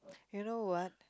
you know what